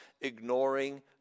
ignoring